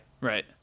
Right